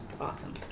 awesome